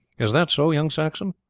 is that so, young saxon?